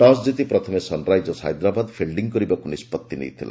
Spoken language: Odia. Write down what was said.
ଟସ୍ ଜିତି ପ୍ରଥମେ ସନ୍ରାଇଜର୍ସ ହାଇଦ୍ରାବାଦ୍ ଫିଲ୍ଟିଂ କରିବାକୁ ନିଷ୍କତ୍ତି ନେଇଥିଲା